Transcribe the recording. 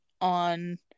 on